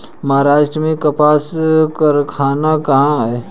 महाराष्ट्र में कपास कारख़ाना कहाँ है?